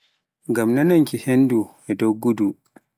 ngam nanngol henndu e doggudu